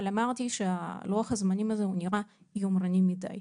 אבל אמרתי שלוח הזמנים הזה הוא נראה יומרני מידי.